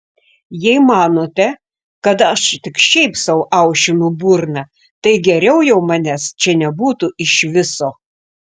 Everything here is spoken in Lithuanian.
jei manote kad aš tik šiaip sau aušinu burną tai geriau jau manęs čia nebūtų iš viso